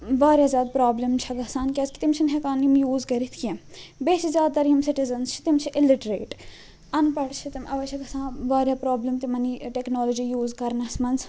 واریاہ زیادٕ پرٛابلم چھِ گَژھان کیٛازکہِ تِم چھِنہٕ ہیٚکان یم یوٗز کٔرِتھ کیٚنٛہہ بیٚیہِ چھِ زیادٕ تر یِم سِٹیٖزنٕز چھِ تِم چھِ اِلِٹرٛیٹ ان پڑھ چھِ تِم اَؤے چھِ گَژھان واریاہ پرٛابلم تِمن یہِ ٹیٚکنالوجی یوٗز کرنَس مَنٛز